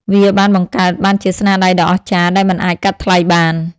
វាបានបង្កើតបានជាស្នាដៃដ៏អស្ចារ្យដែលមិនអាចកាត់ថ្លៃបាន។